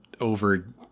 over